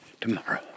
tomorrow